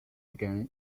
began